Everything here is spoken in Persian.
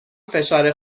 فشار